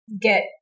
get